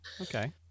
okay